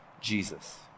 Jesus